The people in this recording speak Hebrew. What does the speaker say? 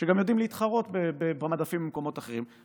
שגם יודעים להתחרות במדפים עם מקומות אחרים,